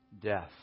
death